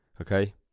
okay